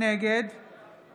נגד